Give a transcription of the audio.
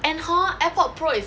and hor airpod pro is